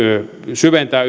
syventää